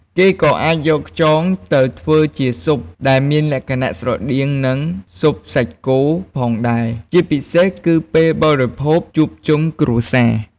គេក៏អាចយកខ្យងទៅធ្វើជាស៊ុបដែលមានលក្ខណៈស្រដៀងនឹងស៊ុបសាច់គោផងដែរ ជាពិសេសគឺពេលបរិភោគជួបជុំគ្រួសារ។